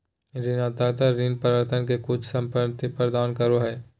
ऋणदाता ऋण प्राप्तकर्ता के कुछ परिसंपत्ति प्रदान करो हइ